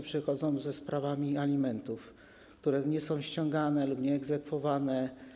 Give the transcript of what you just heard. Przychodzą ze sprawami alimentów, które nie są ściągane lub egzekwowane.